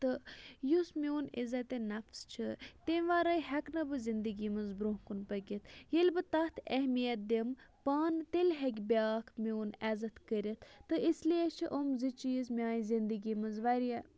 تہٕ یُس میون عِزَتہِ نفٕس چھُ تَمہِ وَرٲے ہیٚکہٕ نہٕ بہٕ زِندگی منٛز بُرونٛہہ کُن پٔکِتھ ییٚلہِ بہٕ تَتھ اہمِیَت دِمہٕ پانہٕ تیٚلہِ ہیٚکہِ بیاکھ میون عزت کٔرِتھ تہٕ اِسلِیے چھِ یِم زٕ چیٖز میانہِ زِنٛدگی منٛز واریاہ